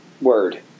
word